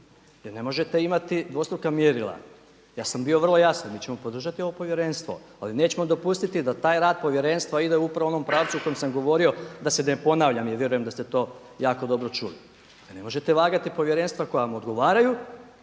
jer ne možete imati dvostruka mjerila. Ja sam bio vrlo jasan. Mi ćemo podržati ovo povjerenstvo, ali nećemo dopustiti da taj rad povjerenstva ide upravo u onom pravcu u kojem sam govorio, da se ne ponavljam i vjerujem da ste to jako dobro čuli. Pa ne možete vagati povjerenstva koja vam odgovaraju